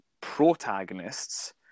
protagonists